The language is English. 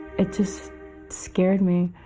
it just scared me